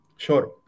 Sure